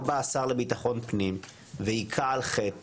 בא השר לביטחון פנים והיכה על חטא ואמר: